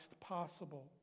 possible